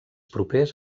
propers